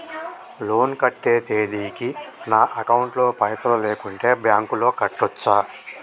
Loan కట్టే తేదీకి నా అకౌంట్ లో పైసలు లేకుంటే బ్యాంకులో కట్టచ్చా?